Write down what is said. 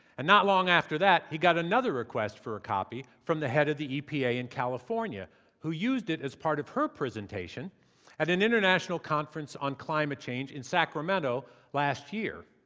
and not long after that, he got another request for a copy from the head of the epa in california who used it as part of her presentation at an international conference on climate change in sacramento last year.